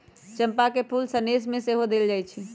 चंपा के फूल सनेश में सेहो देल जाइ छइ